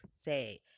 say